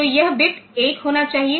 तो यह बिट 1 होना चाहिए